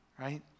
right